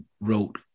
Wrote